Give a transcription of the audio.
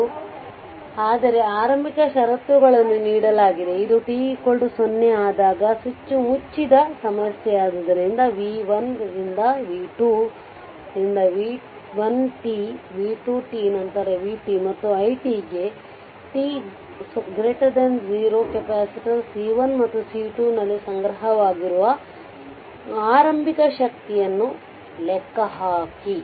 ಎಂದು ಆದರೆ ಆರಂಭಿಕ ಷರತ್ತುಗಳನ್ನುನೀಡಲಾಗಿದೆ ಇದು t0 ಆದಾಗ ಸ್ವಿಚ್ ಮುಚ್ಚಿದ ಸಮಸ್ಯೆಯಾದ್ದರಿಂದ v1ರಿಂದ v2 ರಿಂದ v1 t v2 tನಂತರ vt ಮತ್ತು i t ಗೆ t 0 ಕೆಪಾಸಿಟರ್ C1ಮತ್ತು C2 ನಲ್ಲಿ ಸಂಗ್ರಹವಾಗಿರುವ ಆರಂಭಿಕ ಶಕ್ತಿಯನ್ನು ಲೆಕ್ಕಹಾಕಿ